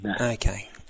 Okay